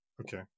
okay